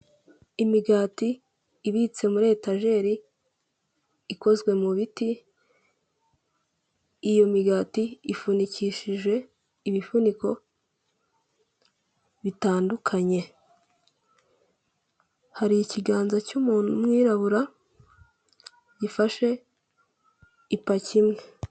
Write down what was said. Imigati ibitse muri etajeri ikozwe mu biti iyo migati ifungingishije ibifuniko bitandukanye hari ikiganza cy'umuntu w'umwirabura gifashe ipaki imwe.